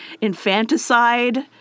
infanticide